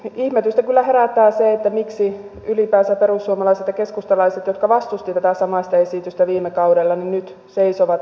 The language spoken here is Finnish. ihmetystä kyllä herättää se miksi ylipäänsä perussuomalaiset ja keskustalaiset jotka vastustivat tätä samaista esitystä viime kaudella nyt seisovat sen takana